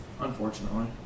Unfortunately